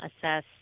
assess